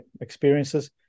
experiences